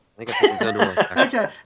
Okay